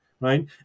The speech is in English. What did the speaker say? Right